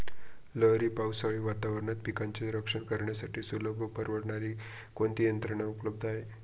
लहरी पावसाळी वातावरणात पिकांचे रक्षण करण्यासाठी सुलभ व परवडणारी कोणती यंत्रणा उपलब्ध आहे?